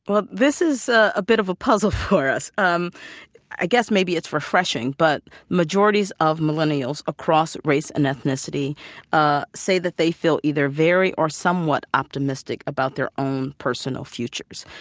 but this is a bit of a puzzle for us. um i guess maybe it's refreshing, but majorities of millennials across race and ethnicity ah say that they feel either very or somewhat optimistic about their own personal futures.